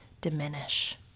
diminish